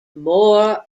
more